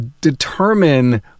determine